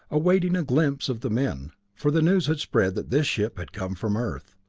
awaiting a glimpse of the men, for the news had spread that this ship had come from earth.